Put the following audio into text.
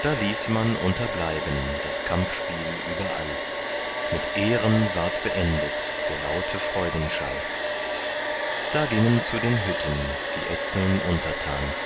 da ließ man unterbleiben das kampfspiel überall mit ehren ward beendet der laute freudenschall da gingen zu den hütten die etzeln untertan